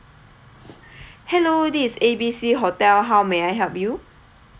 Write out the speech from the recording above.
hello this is A B C hotel how may I help you